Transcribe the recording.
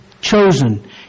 chosen